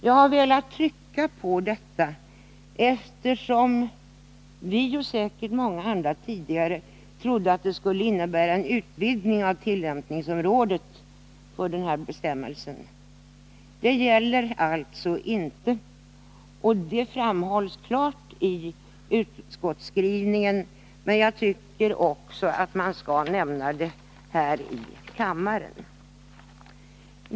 Jag har velat trycka på detta, eftersom vi liksom säkert många andra före oss trodde att ändringen skulle innebära en utvidgning av tillämpningsområdet för bestämmelsen. Så är alltså inte fallet. Detta framgår klart av utskottets skrivning, men jag tycker att det bör nämnas här i kammaren.